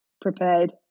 prepared